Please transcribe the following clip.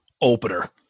opener